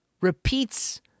repeats